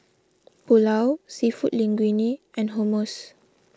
Pulao Seafood Linguine and Hummus